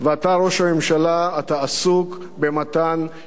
אתה עסוק במתן שוחד פוליטי.